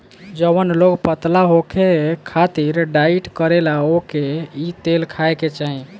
जवन लोग पतला होखे खातिर डाईट करेला ओके इ तेल खाए के चाही